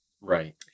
right